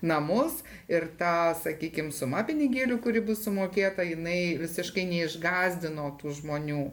namus ir ta sakykim suma pinigėlių kuri bus sumokėta jinai visiškai neišgąsdino tų žmonių